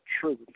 Truth